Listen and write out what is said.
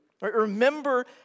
Remember